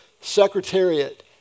Secretariat